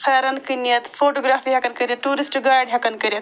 پھٮ۪رن کٕنِتھ فوٹوگرافی ہٮ۪کن کٔرِتھ ٹوٗرسٹ گایڈ ہٮ۪کن کٔرِتھ